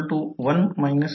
∅2 हा total flux आहे